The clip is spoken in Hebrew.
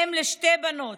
אם לשתי בנות,